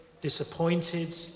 disappointed